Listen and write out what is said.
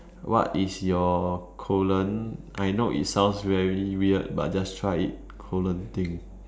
what is your colon I know it sounds very weird but just try it colon thing